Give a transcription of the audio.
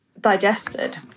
digested